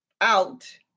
out